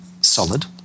solid